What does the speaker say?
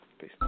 Peace